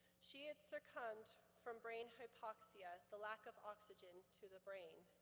she had succumbed from brain hypoxia, the lack of oxygen to the brain,